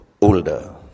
older